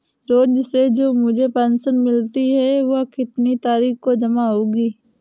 रोज़ से जो मुझे पेंशन मिलती है वह कितनी तारीख को जमा होगी?